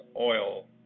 oil